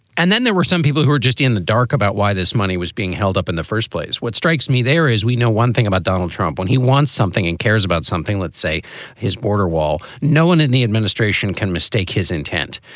and then there were some people who were just in the dark about why this money was being held up in the first place. what strikes me there is we know one thing about donald trump. when he wants something and cares about something, let's say his border wall. no one in the administration can mistake his intent.